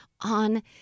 on